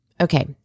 Okay